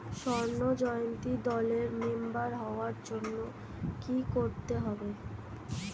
স্বর্ণ জয়ন্তী দলের মেম্বার হওয়ার জন্য কি করতে হবে?